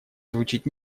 звучит